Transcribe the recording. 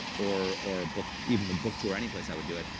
or or but even the books tour, any place i would do it,